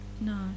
No